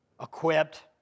equipped